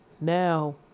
Now